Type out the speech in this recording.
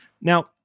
Now